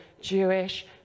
jewish